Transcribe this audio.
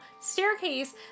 staircase